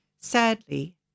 Sadly